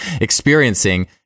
experiencing